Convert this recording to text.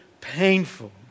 painful